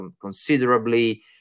considerably